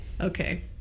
Okay